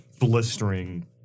blistering